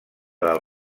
del